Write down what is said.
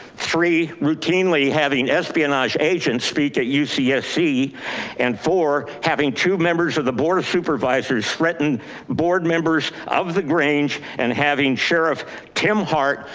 three, routinely having espionage agents speak at yeah ucfc. yeah and four having two members of the board of supervisors, threaten board members of the grange and having sheriff tim hart,